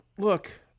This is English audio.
look